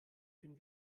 bin